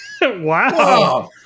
Wow